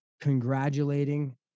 congratulating